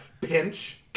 pinch